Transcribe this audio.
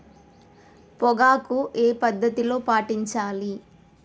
పొగాకు ఏ పద్ధతిలో పండించాలి?